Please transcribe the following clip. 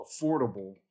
affordable